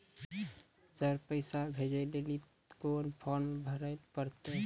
Sir पैसा भेजै लेली कोन फॉर्म भरे परतै?